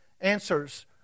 answers